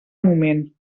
moment